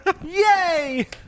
Yay